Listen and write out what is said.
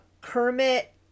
Kermit